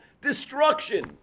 destruction